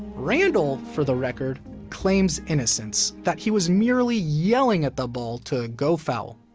randle, for the record, claims innocence, that he was merely yelling at the ball to go foul.